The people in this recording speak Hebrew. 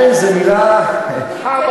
כן, זו מילה לשונית.